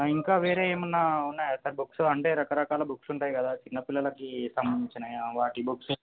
ఇంకా వేరే ఏమైనా ఉన్నాయా సార్ బుక్స్ అంటే రకరకాల బుక్స్ ఉంటాయి కదా చిన్నపిల్లలకి సంబంధించినవి వాటి బుక్స్